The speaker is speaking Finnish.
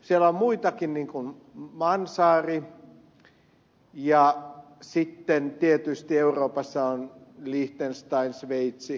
siellä on muitakin niin kuin mansaari ja sitten tietysti euroopassa on liechtenstein sveitsi ja niin edelleen